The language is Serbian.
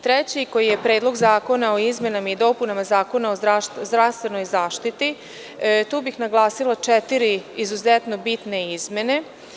Treće, koji je Predlog zakona o izmenama i dopunama Zakona o zdravstvenoj zaštiti, tu bih naglasila četiri izuzetno bitne izmene.